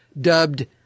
dubbed